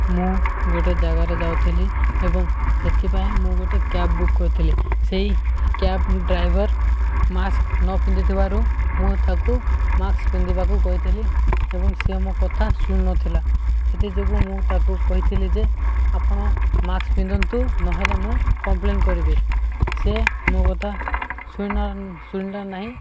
ମୁଁ ଗୋଟେ ଜାଗାରେ ଯାଉଥିଲି ଏବଂ ସେଥିପାଇଁ ମୁଁ ଗୋଟେ କ୍ୟାବ୍ ବୁକ୍ କରିଥିଲି ସେଇ କ୍ୟାବ ଡ୍ରାଇଭର ମାସ୍କ ନ ପିନ୍ଧିଥିବାରୁ ମୁଁ ତାକୁ ମାସ୍କ ପିନ୍ଧିବାକୁ କହିଥିଲି ଏବଂ ସେି ମୋ କଥା ଶୁଣନଥିଲା ସେଥିଯୋଗୁଁ ମୁଁ ତାକୁ କହିଥିଲି ଯେ ଆପଣ ମାସ୍କ ପିନ୍ଧନ୍ତୁ ନହେଲେ ମୁଁ କମ୍ପ୍ଲେନ କରିବି ସେ ମୋ କଥା ଶୁଣିଲା ଶୁଣିଲା ନାହିଁ